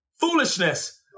foolishness